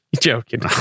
Joking